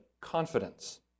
confidence